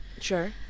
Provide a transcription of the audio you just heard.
Sure